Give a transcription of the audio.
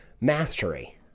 mastery